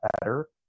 better